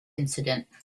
incident